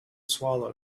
swallow